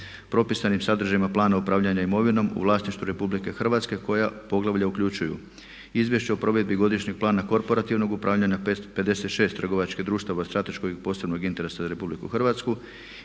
propisanim sadržajima plana upravljanja imovinom u vlasništvu Republike Hrvatske koja poglavlja uključuju: Izvješće o provedbi Godišnjeg plana korporativnog upravljanja 556 trgovačkih društava od strateškog i posebnog interesa za Republiku Hrvatsku,